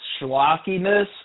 schlockiness